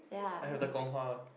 I have the one